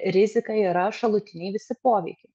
rizika yra šalutiniai visi poveikiai